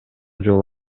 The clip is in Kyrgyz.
жол